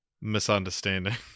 misunderstanding